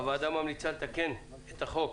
הוועדה ממליצה לתקן את החוק